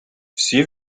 всі